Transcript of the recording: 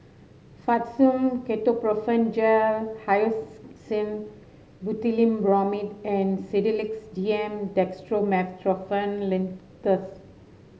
Fastum Ketoprofen Gel Hyoscine Butylbromide and Sedilix D M Dextromethorphan Linctus